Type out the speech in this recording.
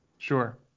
Sure